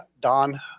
Don